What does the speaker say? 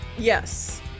Yes